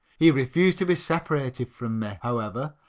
he refused to be separated from me, however,